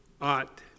ought